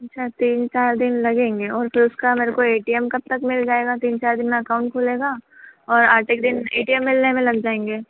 अच्छा तीन चार दिन लगेंगे और फिर उसका मेरे को ए टी एम कब तक मिल जाएगा तीन चार दिन में अकाउंट खुलेगा और आठ एक दिन ए टी एम मिलने में लग जाएँगे